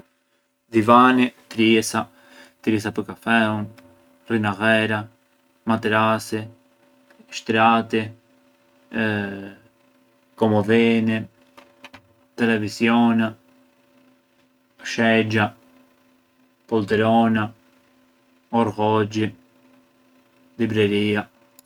Divani, triesa, triesa pë’ kafeun, rrinaghera, materasi, shtrati, komodhini, televisiona, shexha, poltrona, llorghoxhi, libreria.